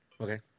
Okay